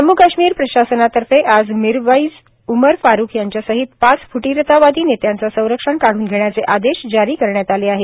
जम्मू काश्मीर प्रशासनातर्फे आज मिरवाईज उमर फारूख यांच्यासहीत पाच फुटिरतावादी नेत्यांचा संरक्षण काढून घेण्याचे आदेश जारी करण्यात आले आहे